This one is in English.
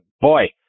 boy